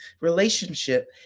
relationship